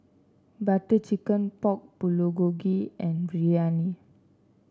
Butter Chicken Pork Bulgogi and Biryani